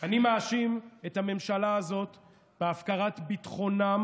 אני מאשים את הממשלה הזאת בהפקרת ביטחונם